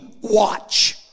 watch